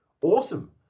Awesome